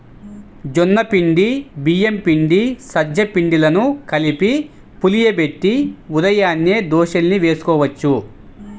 జొన్న పిండి, బియ్యం పిండి, సజ్జ పిండిలను కలిపి పులియబెట్టి ఉదయాన్నే దోశల్ని వేసుకోవచ్చు